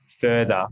further